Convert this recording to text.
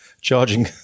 charging